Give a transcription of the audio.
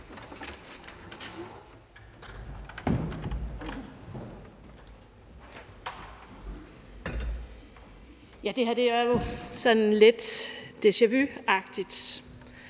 Det her er jo sådan lidt deja-vu-agtigt.